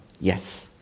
Yes